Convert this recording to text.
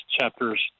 chapters